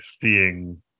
seeing